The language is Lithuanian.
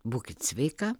būkit sveika